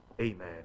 Amen